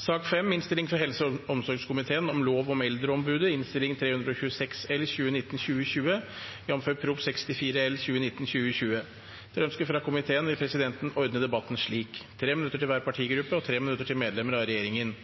slik: 3 minutter til hver partigruppe og 3 minutter til medlemmer av regjeringen.